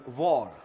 war